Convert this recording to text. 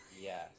Yes